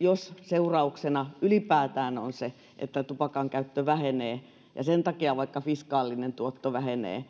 jos seurauksena ylipäätään on se että tupakan käyttö vähenee vaikka sen takia fiskaalinen tuotto vähenee